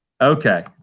Okay